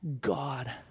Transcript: God